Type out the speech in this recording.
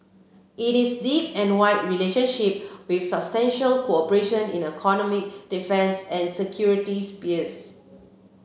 it is deep and wide relationship with substantial cooperation in economic defence and security spheres